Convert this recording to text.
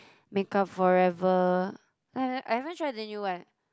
make-up for ever I haven't I haven't tried the new one